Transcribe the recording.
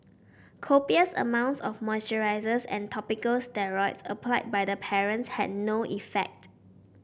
copious amounts of moisturisers and topical steroids applied by the parents had no effect